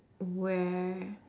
where